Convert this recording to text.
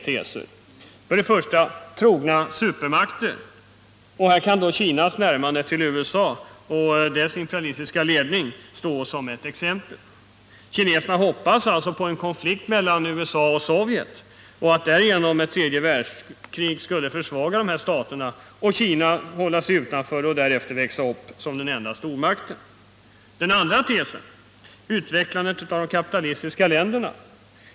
Den första tesen: Trogna supermakter. Här kan Kinas närmande till USA och dess imperialistiska ledning stå som ett exempel. Kineserna hoppas alltså på en konflikt mellan USA och Sovjet och att därigenom ett tredje världskrig skulle försvaga dessa stater, medan Kina skulle kunna hålla sig utanför och därefter växa upp som den enda stormakten. Den andra tesen: Utvecklandet av förbindelserna med de kapitalistiska länderna.